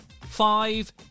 five